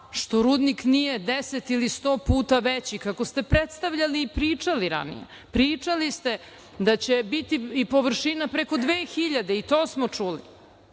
što rudnik nije deset ili sto puta veći kako ste predstavljali i pričali ranije. Pričali ste da će biti i površina preko 2000 i to smo čuli